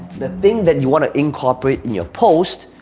the thing that you wanna incorporate in your post,